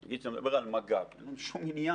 נגיד כשאתה מדבר על מג"ב, אין לנו שום עניין